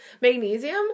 magnesium